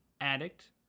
addict